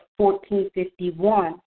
1451